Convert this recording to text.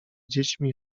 dziećmi